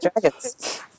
dragons